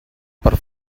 per